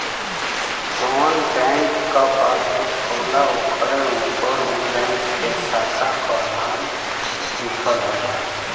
जौन बैंक क पासबुक होला ओकरे उपर उ बैंक के साखा क नाम लिखल होला